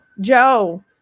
Joe